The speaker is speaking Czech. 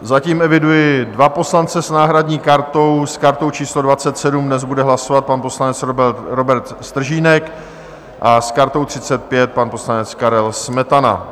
Zatím eviduji dva poslance s náhradní kartou, s kartou číslo 27 dnes bude hlasovat pan poslanec Robert Stržínek a s kartou 35 pan poslanec Karel Smetana.